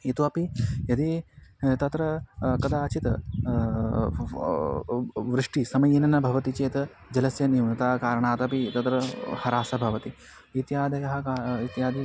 इतोऽपि यदि तत्र कदाचित् व् वृष्टिसमये न न भवति चेत् जलस्य न्यूनता कारणादपि तत्र ह्रासः भवति इत्यादयः कः इत्यादि